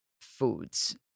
Foods